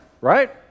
right